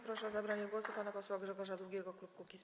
Proszę o zabranie głosu pana posła Grzegorza Długiego, klub Kukiz’15.